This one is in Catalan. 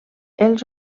els